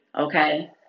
okay